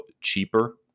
cheaper